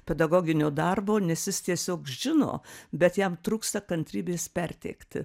pedagoginio darbo nes jis tiesiog žino bet jam trūksta kantrybės perteikti